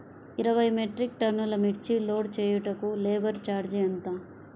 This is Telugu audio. ఇరవై మెట్రిక్ టన్నులు మిర్చి లోడ్ చేయుటకు లేబర్ ఛార్జ్ ఎంత?